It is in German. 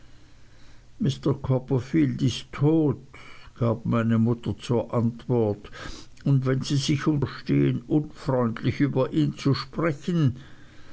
mr copperfield ist tot gab meine mutter zur antwort und wenn sie sich unterstehen unfreundlich über ihn zu sprechen